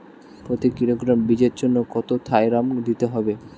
প্রতি কিলোগ্রাম বীজের জন্য কত থাইরাম দিতে হবে?